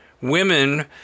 women